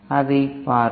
அதைப் பார்ப்போம்